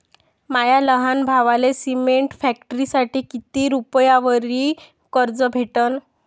माया लहान भावाले सिमेंट फॅक्टरीसाठी कितीक रुपयावरी कर्ज भेटनं?